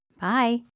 Bye